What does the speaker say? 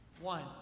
One